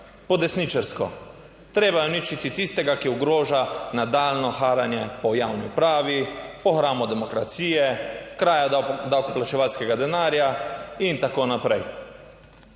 Po desničarsko; treba je uničiti tistega, ki ogroža nadaljnjo haranje po javni upravi, po hramu demokracije, kraja davkoplačevalskega denarja in tako naprej.